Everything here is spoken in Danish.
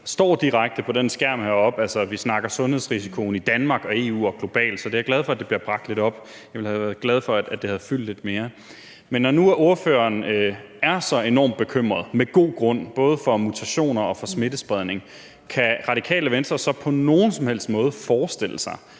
står direkte på skærmen heroppe – at vi snakker sundhedsrisikoen i Danmark og EU og globalt, så jeg er glad for, at det bliver bragt lidt op. Jeg ville også have været glad for, at det havde fyldt lidt mere. Men når nu ordføreren er så enormt bekymret – med god grund – både for mutationer og for smittespredning, kan Radikale Venstre så på nogen som helst måde forestille sig,